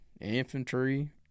infantry